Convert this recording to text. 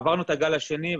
עברנו את הגל השני,